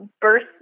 birth